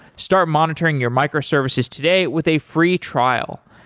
start monitoring your microservices today with a free trial.